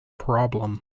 problem